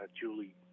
Julie